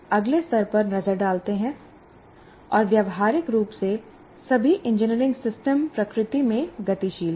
अगले स्तर पर नजर डालते हैं और व्यावहारिक रूप से सभी इंजीनियरिंग सिस्टम प्रकृति में गतिशील हैं